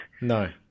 No